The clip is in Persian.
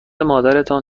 مادرتان